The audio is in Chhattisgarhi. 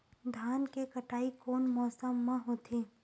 धान के कटाई कोन मौसम मा होथे?